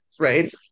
right